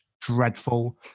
dreadful